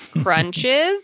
crunches